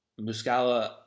Muscala